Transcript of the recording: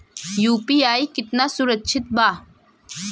UPI कितना सुरक्षित बा?